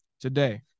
Today